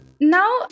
now